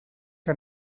que